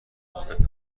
مدت